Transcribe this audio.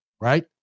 right